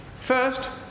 First